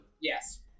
Yes